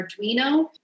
Arduino